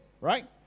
right